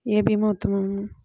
ఏ భీమా ఉత్తమము?